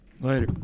Later